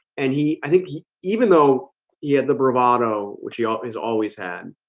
and he i think even though he had the bravado which he always always had.